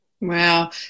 Wow